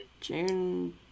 June